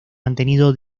mantenido